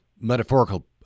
metaphorical